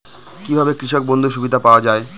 কি ভাবে কৃষক বন্ধুর সুবিধা পাওয়া য়ায়?